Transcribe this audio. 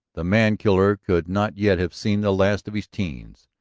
the man-killer could not yet have seen the last of his teens.